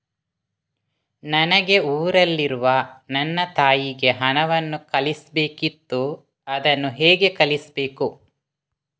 ನನಗೆ ಊರಲ್ಲಿರುವ ನನ್ನ ತಾಯಿಗೆ ಹಣವನ್ನು ಕಳಿಸ್ಬೇಕಿತ್ತು, ಅದನ್ನು ಹೇಗೆ ಕಳಿಸ್ಬೇಕು?